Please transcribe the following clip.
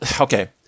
okay